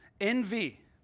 envy